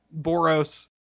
Boros